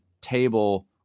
table